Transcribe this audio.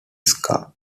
scar